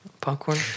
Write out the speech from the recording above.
Popcorn